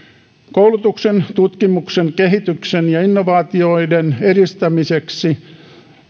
koulutuksen tutkimuksen kehityksen ja innovaatioiden edistämiseksi on